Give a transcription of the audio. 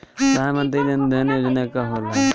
प्रधानमंत्री जन धन योजना का होला?